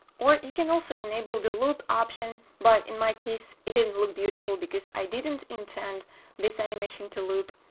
or you can also enable the loop option, but in my case it didn't look beautiful because i didn't intend this animation to loop.